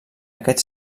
aquest